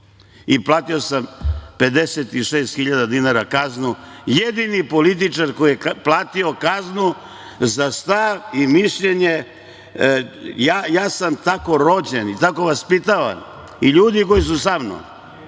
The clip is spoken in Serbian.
Platio sam 56 hiljada dinara kaznu, jedini političar koji je platio kaznu, za stav i mišljenje. Ja sam tako rođen i tako vaspitavan, ljudi koji su sa mnom,